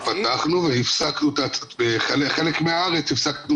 כרשות מקומית אנחנו נמצאים עם עשרות אלפי ילדים שממתינים